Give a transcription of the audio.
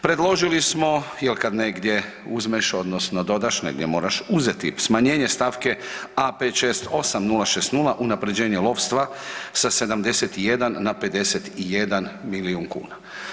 Predložili smo jel kad negdje uzmeš odnosno dodaš negdje moraš uzeti, smanjenje stavke A568060 unapređenje lovstva sa 71 na 51 milion kuna.